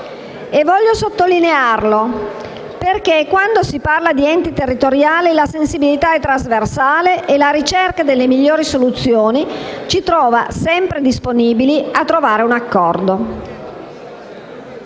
e voglio sottolinearlo; infatti, quando si parla di enti territoriali la sensibilità è trasversale e la ricerca delle migliori soluzioni ci trova sempre disponibili a raggiungere un accordo.